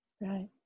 Right